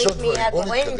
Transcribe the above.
יש עוד דברים, בואו נתקדם.